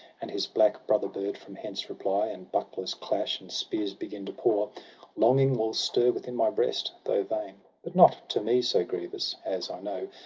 and his black brother-bird from hence reply, and bucklers clash, and spears begin to pour a longing will stir within my breast, though vain. but not to me so grievous, as, i know,